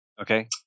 Okay